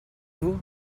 vous